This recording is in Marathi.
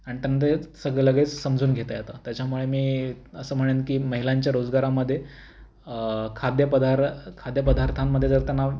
आणि त्यांना त्याच्यात सगं लगेच समजून घेता येतं त्याच्यामुळे मी असं म्हणेन की महिलांच्या रोजगारामध्ये खाद्यपदार्थ खाद्य पदार्थांमध्ये जर त्यांना